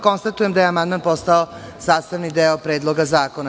Konstatujem da je amandman postao sastavni deo Predloga zakona.